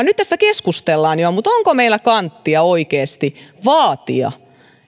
nyt tästä keskustellaan jo mutta onko meillä kuitenkaan kanttia oikeasti vaatia